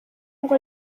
ngo